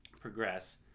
progress